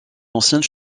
ancienne